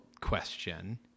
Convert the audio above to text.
question